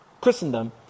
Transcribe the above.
Christendom